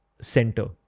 center